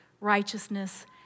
righteousness